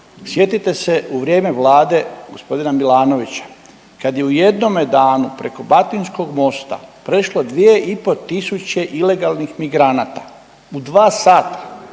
sjetite se u vrijeme vlade gospodina Milanovića kad je u jednome danu preko Batinskog mosta prešlo 2,5 tisuće ilegalnih migranata u 2 sata.